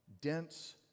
dense